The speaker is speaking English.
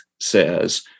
says